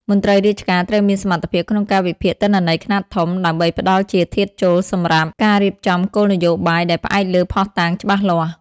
មន្ត្រីរាជការត្រូវមានសមត្ថភាពក្នុងការវិភាគទិន្នន័យខ្នាតធំ ដើម្បីផ្តល់ជាធាតុចូលសម្រាប់ការរៀបចំគោលនយោបាយដែលផ្អែកលើភស្តុតាងច្បាស់លាស់។